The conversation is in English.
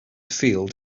field